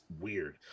weird